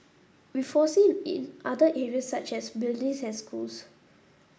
we foresee in other areas such as buildings and schools